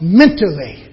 mentally